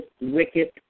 wicked